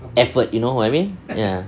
effort you know what I mean ya